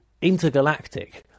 intergalactic